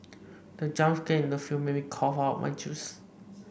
the jump scare in the film made me cough out my juice